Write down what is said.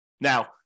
Now